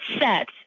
set